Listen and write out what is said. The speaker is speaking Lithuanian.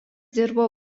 dirbo